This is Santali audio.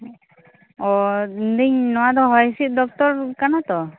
ᱚᱻ ᱞᱟ ᱭᱫᱟᱹᱧ ᱱᱚᱣᱟ ᱫᱚ ᱦᱚᱭ ᱦᱤᱥᱤᱫ ᱫᱚᱯᱛᱚᱨ ᱠᱟᱱᱟ ᱛᱚ